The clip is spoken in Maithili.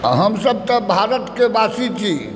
हमसब तऽ भारतके वासी छी